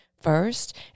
first